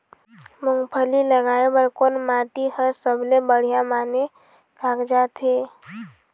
मूंगफली लगाय बर कोन माटी हर सबले बढ़िया माने कागजात हे?